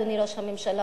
אדוני ראש הממשלה,